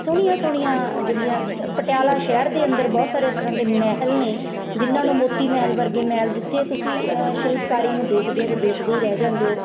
ਸੋਹਣੀਆਂ ਸੋਹਣੀਆਂ ਜਿਹੜੀਆਂ ਪਟਿਆਲਾ ਸ਼ਹਿਰ ਦੇ ਅੰਦਰ ਬਹੁਤ ਸਾਰੇ ਇਸ ਤਰ੍ਹਾਂ ਦੇ ਮਹਿਲ ਨੇ ਜਿਹਨਾਂ ਨੂੰ ਮੋਤੀ ਮਹਿਲ ਵਰਗੇ ਮਹਿਲ ਜਿੱਥੇ ਤੁਸੀਂ ਸ਼ਿਲਪਕਾਰੀ ਨੂੰ ਦੇਖਦੇ ਹੋ ਤਾਂ ਦੇਖਦੇ ਹੀ ਰਹਿ ਜਾਂਦੇ ਹੋ